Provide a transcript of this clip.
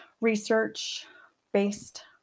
research-based